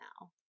now